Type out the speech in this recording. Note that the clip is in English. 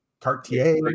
Cartier